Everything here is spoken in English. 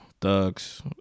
thugs